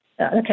Okay